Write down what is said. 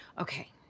Okay